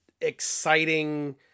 exciting